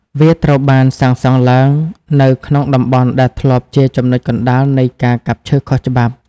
វាត្រូវបានសាងសង់ឡើងនៅក្នុងតំបន់ដែលធ្លាប់ជាចំណុចកណ្តាលនៃការកាប់ឈើខុសច្បាប់។